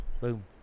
Boom